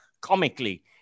comically